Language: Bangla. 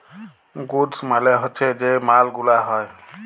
গুডস মালে হচ্যে যে মাল গুলা হ্যয়